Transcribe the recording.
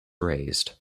raised